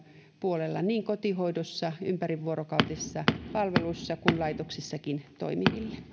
puolella niin kotihoidossa ympärivuorokautisissa palveluissa kuin laitoksissakin